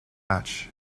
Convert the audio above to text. match